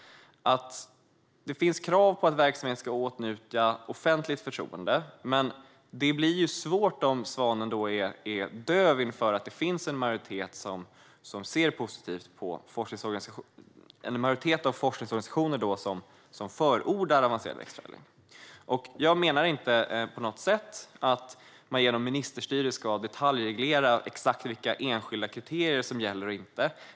Det finns krav på att verksamhet ska åtnjuta offentligt förtroende, men det blir svårt om Svanen är döv inför att en majoritet av forskningsorganisationerna förordar avancerad växtförädling. Jag menar inte på något sätt att man genom ministerstyre ska detaljreglera exakt vilka enskilda kriterier som ska gälla eller inte.